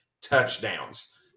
touchdowns